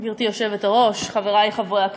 גברתי היושבת-ראש, חברי חברי הכנסת,